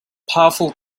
powerful